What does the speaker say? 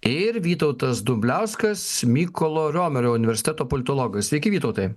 ir vytautas dumbliauskas mykolo romerio universiteto politologas sveiki vytautai